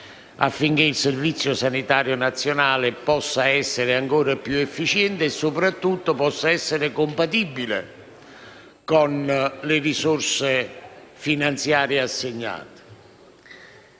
affinché il Servizio sanitario nazionale possa essere ancora più efficiente e soprattutto possa essere compatibile con le risorse finanziarie assegnate.